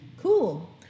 cool